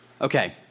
Okay